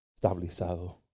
estabilizado